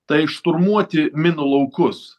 tai šturmuoti minų laukus